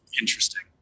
interesting